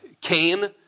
Cain